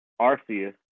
Arceus